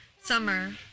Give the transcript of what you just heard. Summer